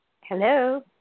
Hello